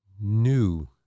new